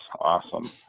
awesome